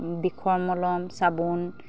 বিষৰ মলম চাবোন